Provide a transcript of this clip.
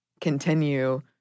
continue